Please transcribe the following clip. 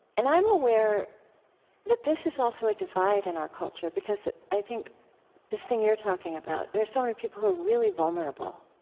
and i'm aware that this is also a divide in our culture, because i think this thing you're talking about there are so many people who are really vulnerable,